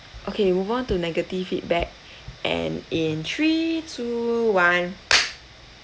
okay move on to negative feedback and in three two one